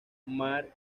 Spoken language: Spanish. mark